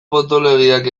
potoloegiak